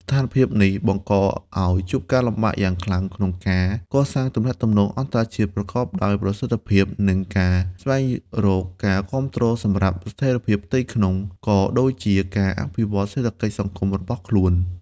ស្ថានភាពនេះបានបង្កឱ្យជួបការលំបាកយ៉ាងខ្លាំងក្នុងការកសាងទំនាក់ទំនងអន្តរជាតិប្រកបដោយប្រសិទ្ធភាព និងការស្វែងរកការគាំទ្រសម្រាប់ស្ថិរភាពផ្ទៃក្នុង ក៏ដូចជាការអភិវឌ្ឍសេដ្ឋកិច្ចសង្គមរបស់ខ្លួន។